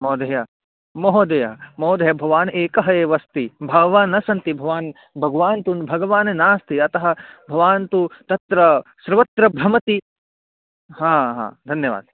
महोदय महोदय महोदय भवान् एकः एव अस्ति बहवः न सन्ति भवान् भगवान् तु भगवान् नास्ति अतः भवान् तु तत्र सर्वत्र भ्रमति हा हा धन्यवादः